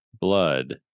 blood